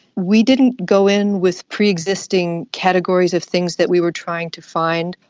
we didn't go in with pre-existing categories of things that we were trying to find,